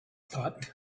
thought